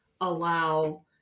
allow